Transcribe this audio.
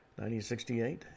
1968